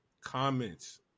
comments